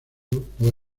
poe